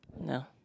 No